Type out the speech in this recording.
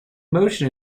motion